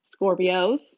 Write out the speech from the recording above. Scorpios